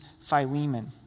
Philemon